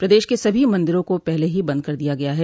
प्रदेश के सभी मंदिरों को पहले ही बंद कर दिया गया है